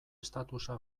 statusa